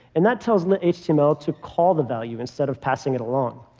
and that tells lit-html to call the value instead of passing it along.